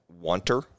wanter